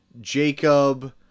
Jacob